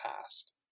past